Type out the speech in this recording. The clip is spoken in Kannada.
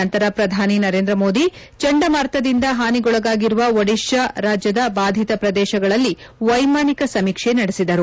ನಂತರ ಪ್ರಧಾನಿ ನರೇಂದ್ರಮೋದಿ ಚಂಡಮಾರುತದಿಂದ ಹಾನಿಗೊಳಗಾಗಿರುವ ಒಡಿತಾ ರಾಜ್ಯದ ಬಾಧಿತ ಪ್ರದೇಶಗಳಲ್ಲಿ ವೈಮಾನಿಕ ಸಮೀಕ್ಷೆ ನಡೆಸಿದರು